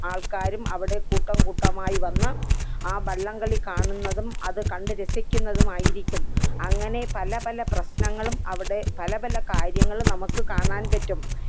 ആൾക്കാരും അവിടെ കൂട്ടംകൂട്ടമായി വന്ന് ആ വള്ളം കളി കാണുന്നതും അത് കണ്ട് രസിക്കുന്നതുമായിരിക്കും അങ്ങനെ പല പല പ്രശ്നങ്ങളും അവിടെ പല പല കാര്യങ്ങളും നമുക്കു കാണാൻ പറ്റും